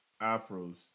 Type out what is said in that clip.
Afro's